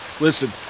Listen